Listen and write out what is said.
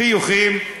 חיוכים,